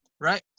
Right